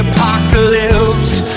Apocalypse